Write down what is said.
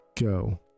go